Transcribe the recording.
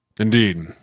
Indeed